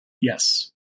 Yes